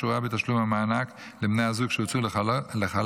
הקשורה בתשלום המענק לבני הזוג שהוצאו לחל"ת,